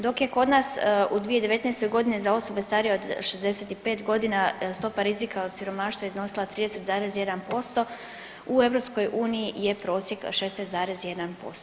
Dok je kod nas u 2019. godini za osobe starije od 65 godina stopa rizika od siromaštva iznosila 30,1% u EU je prosjek 16,1%